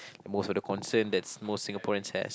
most of the concern that's most Singaporeans has